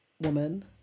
woman